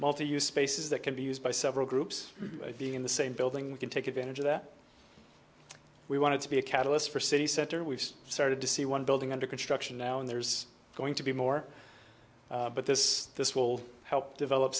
multi use spaces that can be used by several groups being in the same building we can take advantage of that we wanted to be a catalyst for city center we've just started to see one building under construction now and there's going to be more but this this will help develop